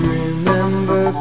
remember